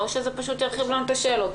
או שזה פשוט ירחיב לנו את השאלות.